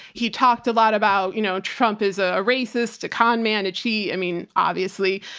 he talked a lot about, you know, trump is a a racist a con man a cheat, i mean obviously,